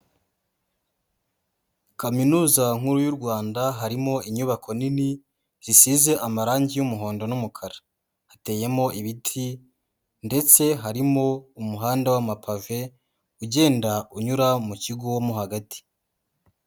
Kaminuza nkuru y'u Rwanda harimo inyubako nini zisize amarangi y'umuhondo n'umukara, hateyemo ibiti ndetse harimo umuhanda w'amapave ugenda unyura mu kigo wo hagati.